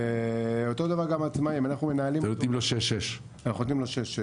ואותו דבר גם עצמאי- -- נותנים לו 6-6 אנחנו נותנים לו 6-6,